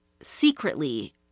secretly